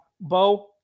Bo